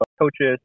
coaches